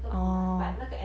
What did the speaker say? oh